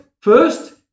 first